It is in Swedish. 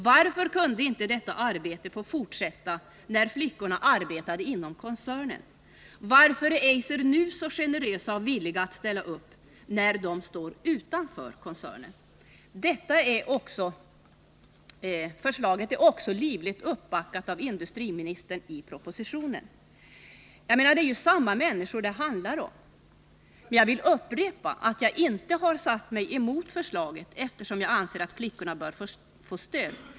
Varför kunde inte detta arbete få fortsätta när flickorna arbetade inom koncernen? Varför är Eiser så generöst och villigt att ställa upp nu, när flickorna står utanför koncernen? Det är ju samma människor det handlar om! Förslaget är också ivrigt uppbackat av industriministern i propositionen. Jag vill upprepa att jag inte har satt mig emot förslaget, eftersom jag anser att flickorna bör få stöd.